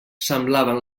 semblaven